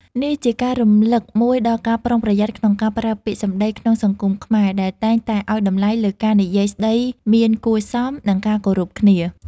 នេះជាការរំលឹកមួយដល់ការប្រុងប្រយ័ត្នក្នុងការប្រើពាក្យសម្តីក្នុងសង្គមខ្មែរ ដែលតែងតែឱ្យតម្លៃលើការនិយាយស្ដីមានគួរសម និងការគោរពគ្នា។